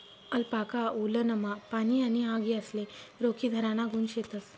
alpaca वुलनमा पाणी आणि आग यासले रोखीधराना गुण शेतस